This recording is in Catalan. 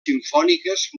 simfòniques